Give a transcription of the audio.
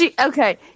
Okay